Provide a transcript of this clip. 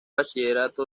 bachillerato